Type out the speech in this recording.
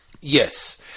Yes